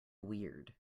weird